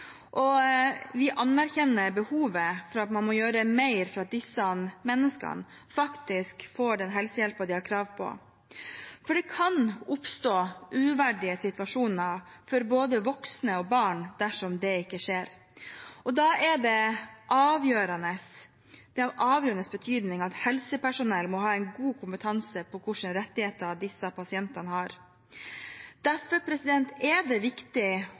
Vi anerkjenner behovet for at man må gjøre mer for at disse menneskene faktisk får den helsehjelpen de har krav på, for det kan oppstå uverdige situasjoner for både voksne og barn dersom det ikke skjer. Da er det av avgjørende betydning at helsepersonell har god kompetanse på hvilke rettigheter disse pasientene har. Derfor er det viktig